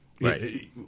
right